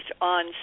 on